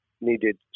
needed